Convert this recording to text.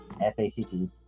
F-A-C-T